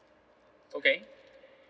okay